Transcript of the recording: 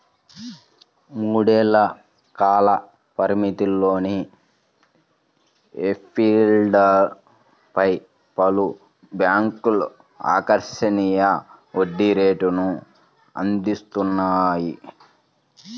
మూడేళ్ల కాల పరిమితిలోని ఎఫ్డీలపై పలు బ్యాంక్లు ఆకర్షణీయ వడ్డీ రేటును అందిస్తున్నాయి